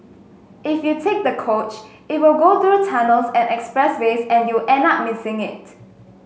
if you take the coach it will go through tunnels and expressways and you'll end up missing it